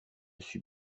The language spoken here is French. suis